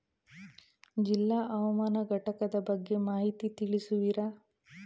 ಜಿಲ್ಲಾ ಹವಾಮಾನ ಘಟಕದ ಬಗ್ಗೆ ಮಾಹಿತಿ ತಿಳಿಸುವಿರಾ?